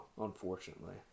unfortunately